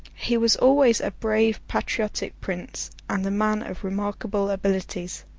he was always a brave, patriotic prince, and a man of remarkable abilities.